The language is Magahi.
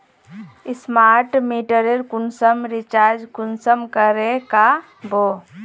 स्मार्ट मीटरेर कुंसम रिचार्ज कुंसम करे का बो?